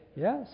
Yes